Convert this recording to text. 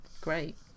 Great